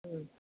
മ്മ്